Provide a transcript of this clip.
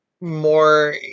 more